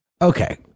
Okay